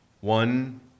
One